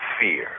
fear